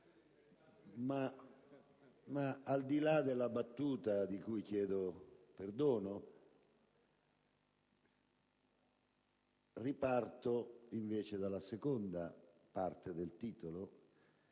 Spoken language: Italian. Ma al di là della battuta, di cui chiedo perdono, parto dalla seconda parte del titolo